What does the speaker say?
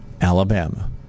Alabama